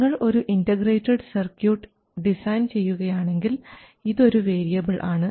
നിങ്ങൾ ഒരു integrated circuit design ചെയ്യുകയാണെങ്കിൽ ഇത് ഒരു വേരിയബിൾ ആണ്